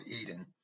eden